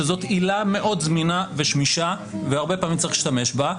שזאת עילה מאוד זמינה ושמישה והרבה פעמים צריך להשתמש בה,